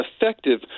effective